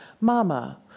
Mama